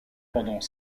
pendant